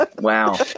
Wow